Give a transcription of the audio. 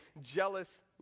jealous